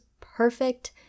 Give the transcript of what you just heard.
perfect